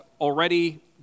already